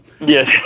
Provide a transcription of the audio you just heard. yes